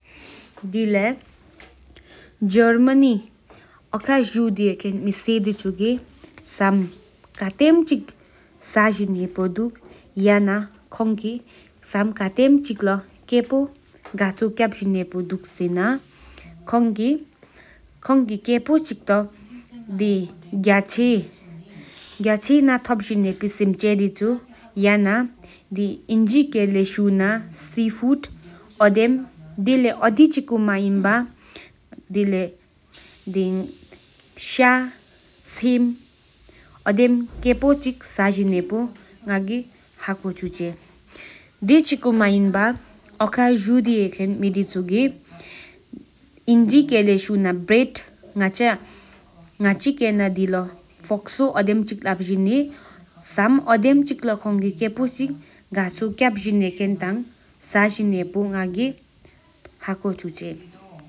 འཇར་མན་ན་གཞུ་དེ་ཧེཁེན་མེསི་དེ་ཆུ་གི་སམ་ཁཊེམ་འཆི་ལོ་སྐེ་སོ་སར་སཅིན་ཧེསོ་དུ་སེ་ན་ཁོང་གིས་སུམ་ཐག་གྱ་ཆི་ན་ཐོལ་ཡེབི་སེམས་ཆེར་ཆུ་ཨོདེམ་སྐེ་སོ་སཅིན་དུ། དེ་ལེ་ཡོ་དི་ཅི་ཀོ་མེན་བ་ཤྱ་ཅིམ་ཨོདེམ་སུ་ཧེསོ་ངག་གི་ཧེསོ་ཆུ་ཆེ། དེ་ལེ་ཡོ་སམ་ཉ་སྐེ་སོ་ཅི་ས་བེའི་ཧོཿསུ་ཨོདེམ་ཡ་སཅིན་ཧེསོ་ངག་གི་ཧེསོ་ཆུ་ཆེ།